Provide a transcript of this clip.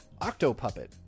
Octopuppet